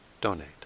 donate